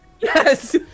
Yes